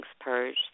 purge